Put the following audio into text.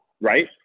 right